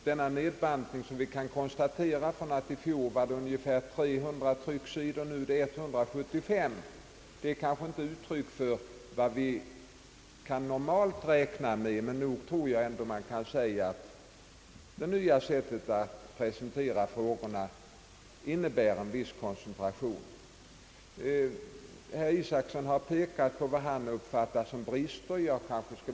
Den nedbantning som vi kan konstatera — huvudtiteln omfattade i fjol 300 trycksidor och nu 175 sidor — är kanske inte uttryck för vad vi normalt kan räkna med, men det kan ändå sägas att det nya sättet att presentera frågorna innebär en viss koncentration. Herr Isacson har framhållit vad han uppfattar som brister.